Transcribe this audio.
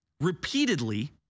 repeatedly